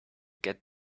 get